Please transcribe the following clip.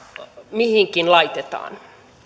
mihinkin laitetaan